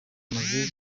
bamaze